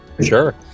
sure